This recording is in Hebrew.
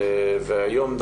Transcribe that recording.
היום,